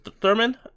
Thurman